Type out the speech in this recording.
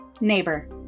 Neighbor